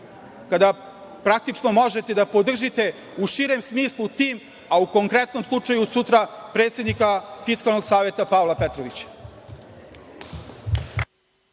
kada praktično možete da podržite u širem smislu tim, a u konkretnom slučaju sutra predsednika Fiskalnog saveta Pavla Petrovića.